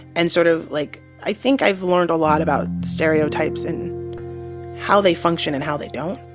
and sort of like, i think i've learned a lot about stereotypes, and how they function and how they don't,